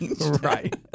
Right